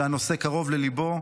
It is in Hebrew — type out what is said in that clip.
שהנושא קרוב לליבו,